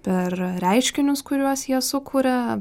per reiškinius kuriuos jie sukuria